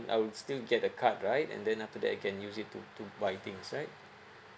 I would still get the card right and then after that I can use it to to buy things right